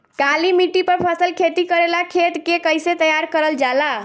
काली मिट्टी पर फसल खेती करेला खेत के कइसे तैयार करल जाला?